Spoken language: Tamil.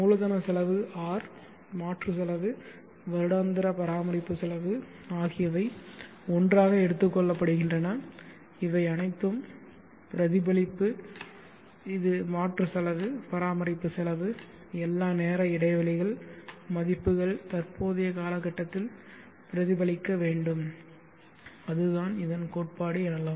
மூலதன செலவு R மாற்று செலவு வருடாந்திர பராமரிப்பு செலவு ஆகியவை ஒன்றாக எடுத்துக் கொள்ளப்படுகின்றன இவை அனைத்தும் பிரதிபலிப்பு இது மாற்று செலவு பராமரிப்பு செலவு எல்லா நேர இடைவெளிகள் மதிப்புகள் தற்போதைய கால கட்டத்தில் பிரதிபலிக்கப்பட வேண்டும் அதுதான் இதன் கோட்பாடு எனலாம்